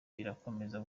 birakomeza